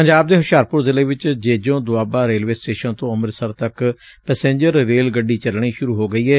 ਪੰਜਾਬ ਦੇ ਹੁਸ਼ਿਆਰਪੁਰ ਸ਼ਿਲ੍ਹੇ ਚ ਜੇਜੋਂ ਦੁਆਬਾ ਰੇਲਵੇ ਸਟੇਸ਼ਨ ਤੋਂ ਅੰਮ੍ਰਿਤਸਰ ਤੱਕ ਪੈਸੇਂਜਰ ਰੇਲ ਗੱਡੀ ਚਲਣੀ ਸੂਰੁ ਹੋ ਗਈ ਏ